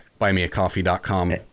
buymeacoffee.com